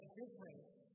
difference